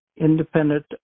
independent